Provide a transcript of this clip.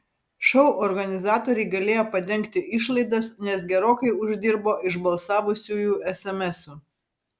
šou organizatoriai galėjo padengti išlaidas nes gerokai uždirbo iš balsavusiųjų esemesų